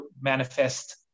manifest